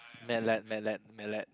met let met let met let